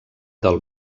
del